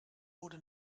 wurde